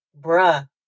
bruh